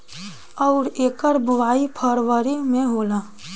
अउर एकर बोवाई फरबरी मे होला